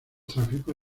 tráfico